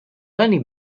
only